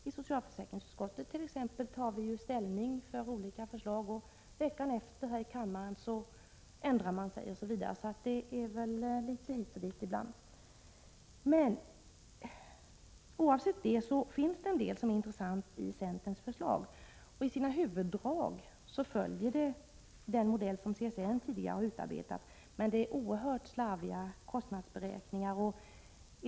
I socialförsäkringsutskottet tar man t.ex. ställning för olika förslag, men i kammaren ändrar man sig veckan efter. Det är litet hit och dit ibland. Oavsett detta finns det en del som är intressant i centerns förslag. I sina huvuddrag följer förslagen den modell som CSN tidigare har utarbetat. Men kostnadsberäkningarna är oerhört slarvigt gjorda.